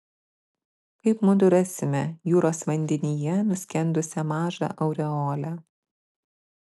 kaip mudu rasime jūros vandenyje nuskendusią mažą aureolę